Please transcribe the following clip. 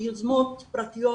ביוזמות פרטיות,